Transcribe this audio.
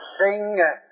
sing